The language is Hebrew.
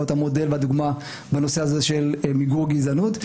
המודל והדוגמה בנושא הזה של מיגור גזענות.